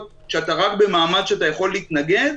כשזה רק לגבי החצרים.